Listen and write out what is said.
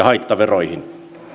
haittaveroihin